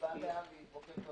בוקר טוב.